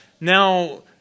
now